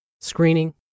screening